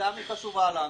עמדתם חשובה לנו,